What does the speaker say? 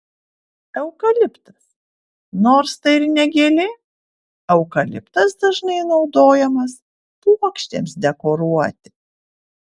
eukaliptas nors tai ir ne gėlė eukaliptas dažnai naudojamas puokštėms dekoruoti